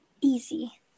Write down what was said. Easy